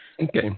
Okay